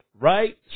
right